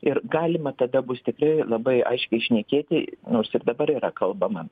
ir galima tada bus tikrai labai aiškiai šnekėti nors ir dabar yra kalbama